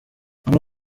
amwe